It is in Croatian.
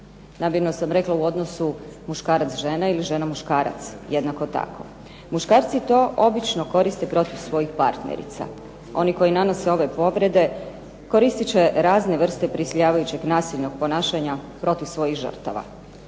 Namjerno sam rekla u odnosu muškarac žena ili žena muškarac jednako tako. Muškarci to obično koriste protiv svojih partnerica. Oni koji nanose ove povrede koristit će razne vrste prisiljavajućeg nasilnog ponašanja protiv svojih žrtava.